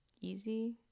easy